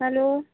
hello